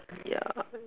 ya